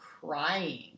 crying